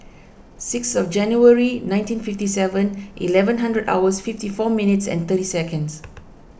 sixth January nineteen fifty Seven Eleven hundred hours fifty four minutes and thirty seconds